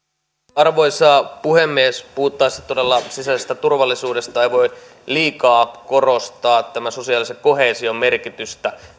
arvoisa puhemies puhuttaessa sisäisestä turvallisuudesta ei voi liikaa korostaa sosiaalisen koheesion merkitystä sitä